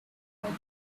like